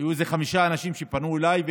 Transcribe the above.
היו חמישה אנשים שפנו אליי.